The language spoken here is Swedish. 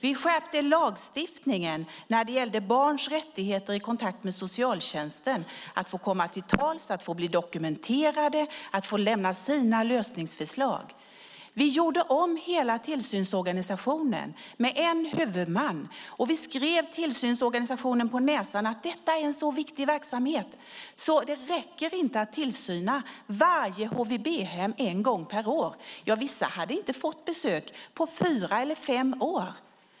Vi skärpte lagstiftningen när det gäller barns rättigheter i kontakter med socialtjänsten att få komma till tals, bli dokumenterade och få lämna sina lösningsförslag. Vi gjorde om hela tillsynsorganisationen med en huvudman. Vi poängterade för tillsynsorganisationen att det här är en så viktig verksamhet att det inte räcker att tillsyna varje HVB-hem en gång per år. Vissa hade inte fått besök på fyra eller fem år.